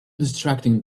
distracting